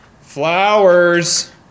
flowers